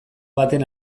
baten